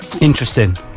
Interesting